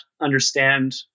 understand